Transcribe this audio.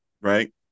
right